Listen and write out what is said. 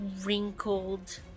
wrinkled